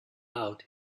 out